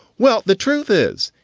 well, the truth is,